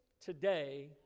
today